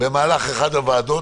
במהלך אחד הדיונים של הוועדה.